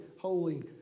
holy